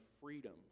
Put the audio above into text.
freedom